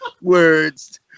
words